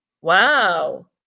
wow